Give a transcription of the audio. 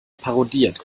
parodiert